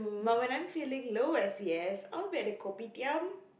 but when I'm feeling low S_E_S I'll be at the kopitiam